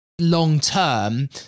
Long-term